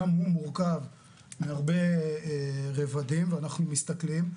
גם הוא מורכב מהרבה רבדים, ואנחנו מסתכלים.